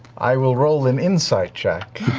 i will roll an insight check.